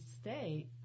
stay